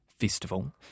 festival